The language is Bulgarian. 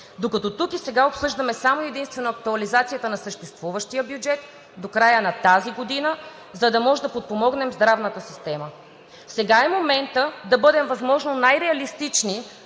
докато тук и сега обсъждаме само и единствено актуализацията на съществуващия бюджет до края на тази година, за да можем да подпомогнем здравната система. Сега е моментът да бъдем възможно най-реалистични